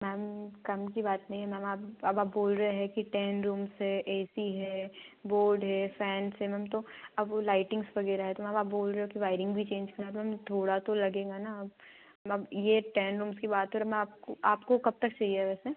ma'am कम की बात नहीं है मैम आप अब आप बोल रहे हैं कि टेन रूम्स है ए सी है बोर्ड हैं फैंस हैं मैम तो अब वो लाइटिंग्स वगैरह है तो मैम आप बोल रहे हो कि वाइरिंग भी चेंज करा दो मैम थोड़ा तो लगेगा न अब मैम ये टेन रूम्स की बात है और मैं आपको आपको कब तक चाहिए वैसे